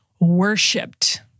worshipped